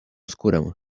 skórę